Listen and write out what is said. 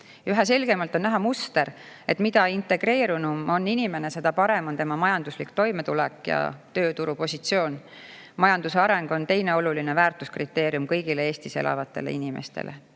Üha selgemalt on näha muster, et mida integreerunum on inimene, seda parem on tema majanduslik toimetulek ja tööturupositsioon. Majanduse areng on teine oluline väärtuskriteerium kõigile Eestis elavatele inimestele. Muust